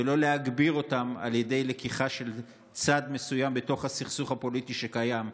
ולא להגביר אותן בלקיחת צד מסוים בתוך הסכסוך הפוליטי הקיים.